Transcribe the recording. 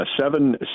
seven